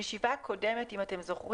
ברקע של הישיבה הקודמת היו התמונות